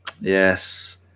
Yes